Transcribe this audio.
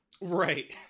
right